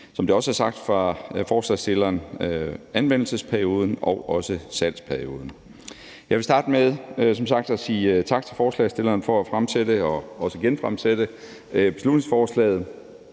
af fyrværkerireglerne i forhold til anvendelsesperioden og også salgsperioden. Jeg vil som sagt starte med at sige at tak til forslagsstillerne for at fremsætte og også genfremsætte beslutningsforslaget.